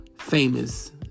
famous